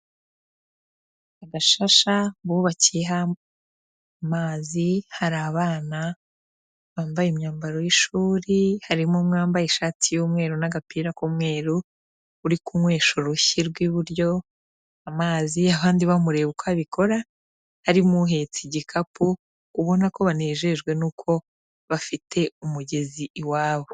Abashasha bubakiye amazi hari abana bambaye imyambaro y'ishuri harimo umwembaye ishati y'umweru n'agapira k'umweru uri kunywesha urushyi rw'iburyo amazi ahandi bamureba uko abikora, harimo uhetse igikapu ubona ko banejejwe nuko bafite umugezi iwabo.